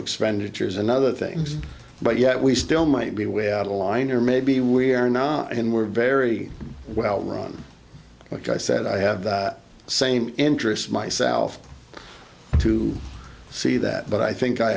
expenditures and other things but yet we still might be without a line or maybe we are not i mean we're very well run like i said i have the same interests myself to see that but i think i